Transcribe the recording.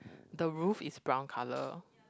the roof is brown colour